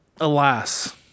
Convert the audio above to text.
alas